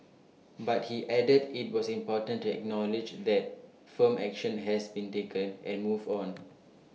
but he added IT was important to acknowledge that firm action has been taken and move on